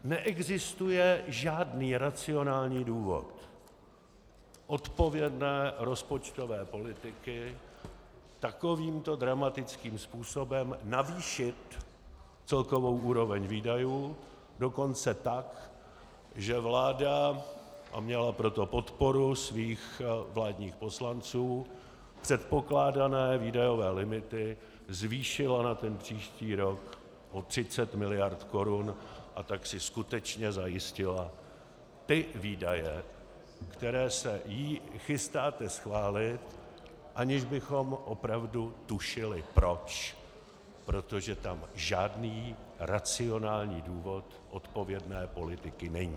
Neexistuje žádný racionální důvod odpovědné rozpočtové politiky takovýmto dramatickým způsobem navýšit celkovou úroveň výdajů, dokonce tak, že vláda a měla pro to podporu svých vládních poslanců předpokládané výdajové limity zvýšila na příští rok o 30 miliard korun a tak si skutečně zajistila ty výdaje, které se jí chystáte schválit, aniž bychom opravdu tušili proč, protože tam žádný racionální důvod odpovědné politiky není.